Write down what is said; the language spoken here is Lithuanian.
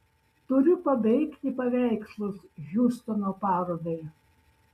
turiu pabaigti paveikslus hjustono parodai